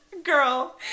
girl